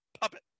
puppet